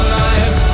life